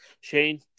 Shane